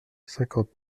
cinquante